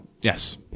yes